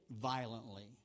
violently